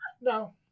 No